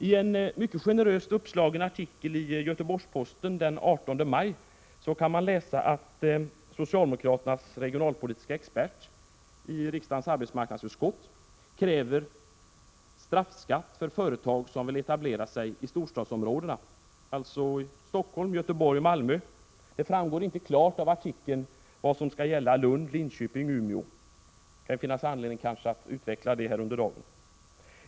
I en mycket generöst uppslagen artikel i Göteborgs-Posten den 18 maj kan man läsa att socialdemokraternas regionalpolitiska expert i riksdagens arbetsmarknadsutskott kräver en ”straffskatt för företag som vill etablera sig i storstadsområdena”, alltså både Stockholm, Göteborg och Malmö. Det framgår inte klart av artikeln vad som skall gälla Lund, Linköping och Umeå; det finns anledning att utveckla detta under dagen.